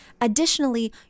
additionally